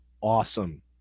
awesome